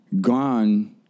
gone